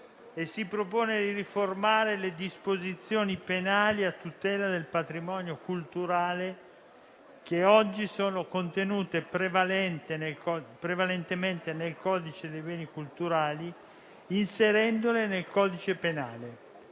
e si propone di riformare le disposizioni penali a tutela del patrimonio culturale, che oggi sono contenute prevalentemente nel codice dei beni culturali, inserendole nel codice penale.